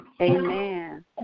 Amen